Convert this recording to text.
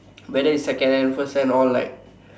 whether it's second hand first hand all like